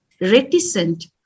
reticent